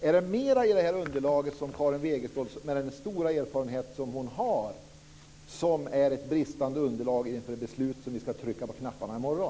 Är det mer i detta underlag som Karin Wegestål, med den stora erfarenhet som hon har, anser brister inför beslutet? Vi ska trycka på knapparna i morgon.